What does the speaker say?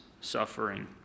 suffering